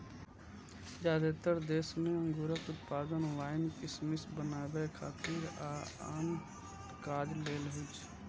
जादेतर देश मे अंगूरक उत्पादन वाइन, किशमिश बनबै खातिर आ आन काज लेल होइ छै